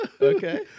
Okay